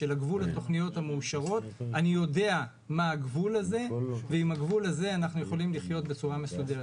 אני יודע מה הגבול הזה ואיתו אנחנו יכולים לחיות בצורה מסודרת.